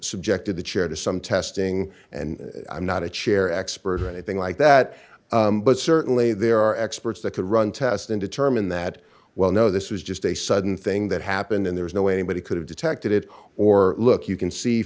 subjected the chair to some testing and i'm not a chair expert or anything like that but certainly there are experts that could run test and determine that well no this was just a sudden thing that happened and there's no way anybody could have detected it or look you can see